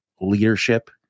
leadership